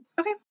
Okay